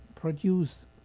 produce